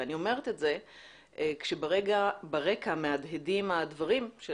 אני אומרת את זה כאשר ברקע מהדהדים הדברים של